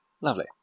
Lovely